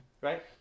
Right